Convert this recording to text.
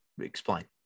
Explain